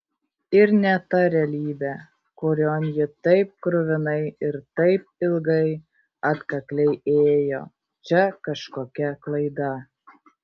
ir ne ta realybė kurion ji taip kruvinai ir taip ilgai atkakliai ėjo čia kažkokia klaida